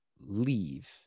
leave